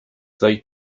they